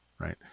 Right